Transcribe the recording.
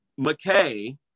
McKay